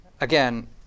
Again